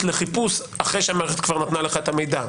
לחיפוש אחרי שהמערכת נתנה לך את המידע.